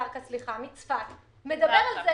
סלמאן זרקא מצפת מדבר על כך